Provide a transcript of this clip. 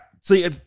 See